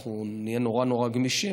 אנחנו נהיה נורא נורא גמישים,